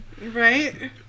Right